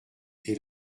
est